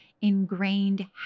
ingrained